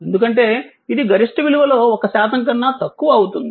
ఎందుకంటే ఇది గరిష్ట విలువలో 1 శాతం కన్నా తక్కువ అవుతుంది